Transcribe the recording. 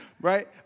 Right